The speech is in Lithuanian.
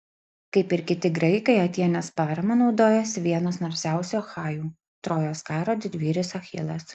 kaip ir kiti graikai atėnės parama naudojosi vienas narsiausių achajų trojos karo didvyris achilas